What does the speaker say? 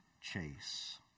chase